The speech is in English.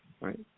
right